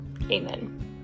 Amen